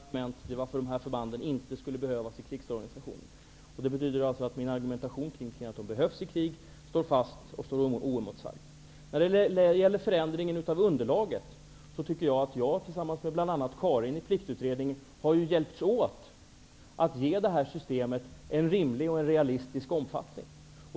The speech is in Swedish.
Herr talman! Jag har inte hört ett enda argument för att dessa förband inte skulle behövas i krigsorganisationen. Det betyder alltså att min argumentation står fast och oemotsagd. När det gäller förändringen av underlaget har bl.a. jag och Karin Wegestål i Pliktutredningen hjälpts åt att ge detta system en rimlig och realistisk omfattning.